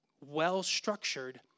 well-structured